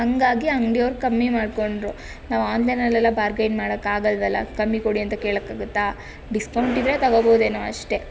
ಹಾಗಾಗಿ ಅಂಗಡಿಯವರು ಕಮ್ಮಿ ಮಾಡಿಕೊಂಡರು ನಾವು ಆನ್ಲೈನ್ನಲ್ಲೆಲ್ಲ ಬಾರ್ಗೈನ್ ಮಾಡಕ್ಕಾಗಲ್ವಲ್ಲ ಕಮ್ಮಿ ಕೊಡಿ ಅಂತ ಕೇಳಕ್ಕೆ ಆಗುತ್ತಾ ಡಿಸ್ಕೌಂಟ್ ಇವೆ ತೊಗೋಬಹುದೇನೋ ಅಷ್ಟೆ